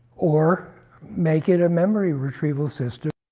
or make it a memory retrieval system,